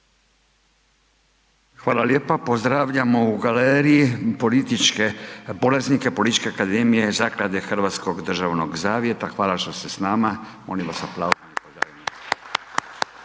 Hvala lijepa. Pozdravljamo u galeriji političke polaznike Političke akademije Zaklade Hrvatskog državnog zavjeta, hvala što ste s nama. Molim vas aplauz.